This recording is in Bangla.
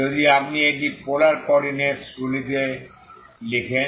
যদি আপনি এটি পোলার কোঅর্ডিন্যাটস গুলিতে লিখেন